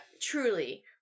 truly